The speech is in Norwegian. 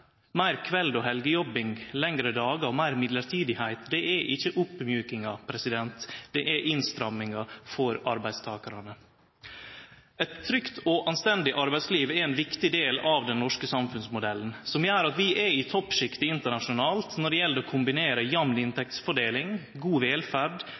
Meir kvelds- og helgejobbing, lengre dagar og fleire mellombelse stillingar – det er ikkje oppmjukingar, det er innstrammingar for arbeidstakarane. Eit trygt og anstendig arbeidsliv er ein viktig del av den norske samfunnsmodellen, som gjer at vi er i toppsjiktet internasjonalt når det gjeld å kombinere jamn inntektsfordeling, god velferd,